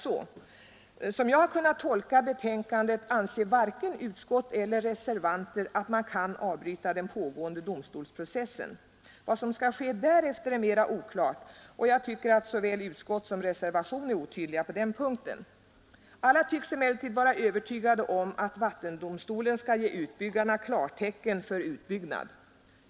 Som jag har kunnat tolka betänkandet anser varken utskottet eller reservanter att man kan avbryta den pågående domstolsprocessen. Vad som skall ske därefter är mera oklart, och jag tycker att såväl utskott som reservation är otydliga på den punkten. Alla tycks emellertid vara övertygade om att vattendomstolen skall ge utbyggarna klartecken för utbyggnad.